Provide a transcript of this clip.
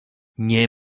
nie